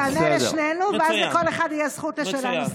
תענה לשנינו ואז לכל אחד תהיה זכות לשאלה נוספת.